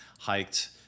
hiked